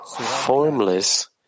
formless